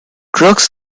drugs